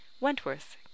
Wentworth